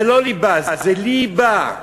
זה לא ליבה, זה לי בא,